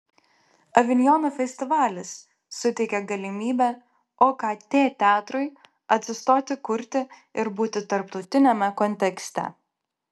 avinjono festivalis suteikė galimybę okt teatrui atsistoti kurti ir būti tarptautiniame kontekste